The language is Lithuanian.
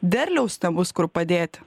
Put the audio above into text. derliaus nebus kur padėti